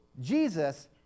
Jesus